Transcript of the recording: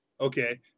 Okay